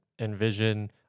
envision